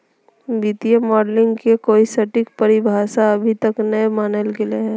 वित्तीय मॉडलिंग के कोई सटीक परिभाषा अभी तक नय मानल गेले हें